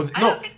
no